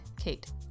Kate